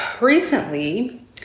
recently